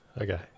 Okay